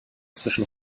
zwischen